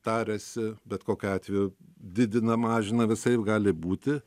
tariasi bet kokiu atveju didina mažina visaip gali būti